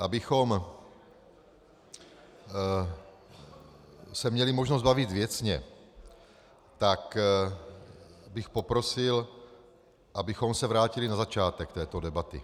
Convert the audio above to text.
Abychom se měli možnost bavit věcně, tak bych poprosil, abychom se vrátili na začátek této debaty.